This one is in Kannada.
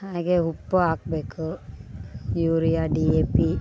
ಹಾಗೆ ಉಪ್ಪು ಹಾಕಬೇಕು ಯೂರಿಯಾ ಡಿ ಎ ಪಿ